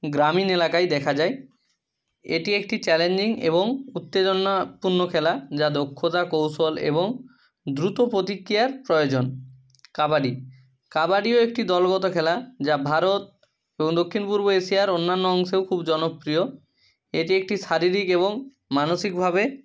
গ্রামীণ এলাকায় দেখা যায় এটি একটি চ্যালেঞ্জিং এবং উত্তেজনাপূর্ণ খেলা যা দক্ষতা কৌশল এবং দ্রুত প্রতিক্রিয়ার প্রয়োজন কাবাডি কাবাডিও একটি দলগত খেলা যা ভারত এবং দক্ষিণ পূর্ব এশিয়ার অন্যান্য অংশেও খুব জনপ্রিয় এটি একটি শারীরিক এবং মানসিকভাবে